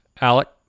Alec